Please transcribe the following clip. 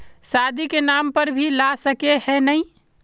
शादी के नाम पर भी ला सके है नय?